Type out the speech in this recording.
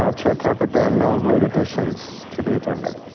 ah chair captu. there are no late additions to the agenda.